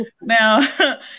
now